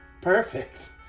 Perfect